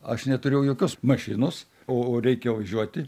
aš neturėjau jokios mašinos o o reikia važiuoti